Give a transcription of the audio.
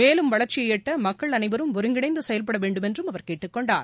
மேலும் வளர்ச்சியை எட்ட மக்கள் அனைவரும் ஒருங்கிணைந்து செயல்பட வேண்டும் என்றும் அவர் கேட்டுக்கொண்டார்